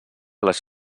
les